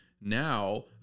now